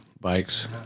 bikes